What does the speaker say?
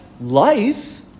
life